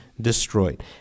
destroyed